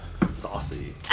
Saucy